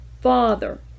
Father